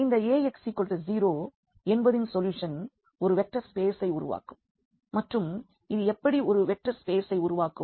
எனவே இந்த Ax0 என்பதின் சொல்யூஷன் ஒரு வெக்டார் ஸ்பேசை உருவாக்கும் மற்றும் இது எப்படி ஒரு வெக்டார் ஸ்பேசை உருவாக்கும்